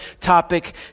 topic